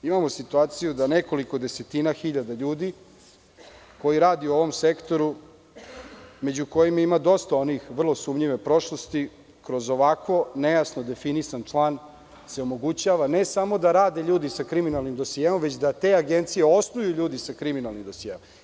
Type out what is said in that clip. Imamo situaciju da nekoliko desetina hiljada koji rade u ovom sektoru, među kojima ima dosta onih vrlo sumnjive prošlosti, kroz ovako nejasno definisan član, se omogućava ne samo da rade ljudi sa kriminalnim dosijeom, već da te agencije osnuju ljudi sa kriminalnim dosijeom.